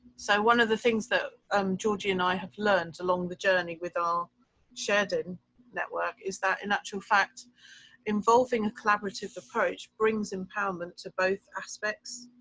so one of the things that um george and i have learned along the journey with our shared and network is that in actual fact involving a collaborative approach brings empowerment to both aspects.